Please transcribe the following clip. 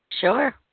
Sure